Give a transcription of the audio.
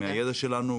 מהידע שלנו,